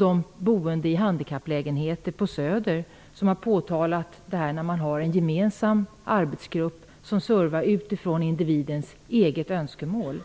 De boende i handikapplägenheter på Söder har påtalat de svårigheter som finns när man har en gemensam arbetsgrupp som ger service utifrån individens eget önskemål.